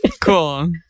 Cool